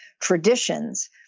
traditions